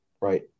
right